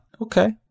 okay